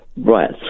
Right